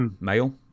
male